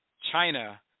china